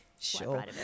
Sure